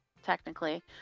Technically